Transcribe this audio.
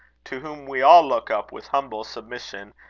to whom we all look up with humble submission,